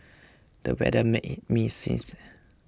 the weather made me sneeze